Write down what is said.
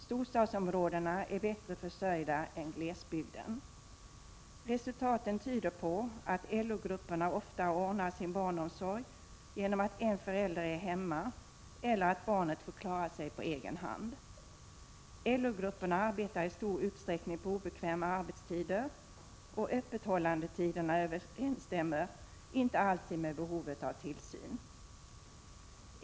Storstadsområdena är bättre försörjda än glesbygden. Resultaten tyder på att LO-grupperna oftare ordnar sin barnomsorg genom att en förälder är hemma eller att barnet får klara sig på egen hand. LO-grupperna arbetar i stor utsträckning på obekväma arbetstider, och öppethållandetiderna överensstämmer inte alltid med behovet av tillsyn.